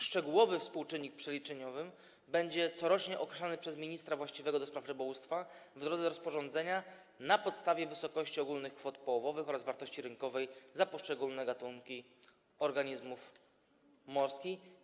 Szczegółowy współczynnik przeliczeniowy będzie corocznie określany przez ministra właściwego do spraw rybołówstwa w drodze rozporządzenia na podstawie wysokości ogólnych kwot połowowych oraz wartości rynkowej poszczególnych gatunków organizmów morskich.